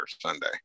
Sunday